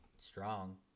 Strong